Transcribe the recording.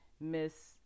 Miss